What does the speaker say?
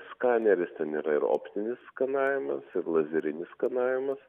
skaneris ten yra ir optinis skanavimas ir lazerinis skanavimas